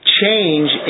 change